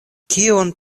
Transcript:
kion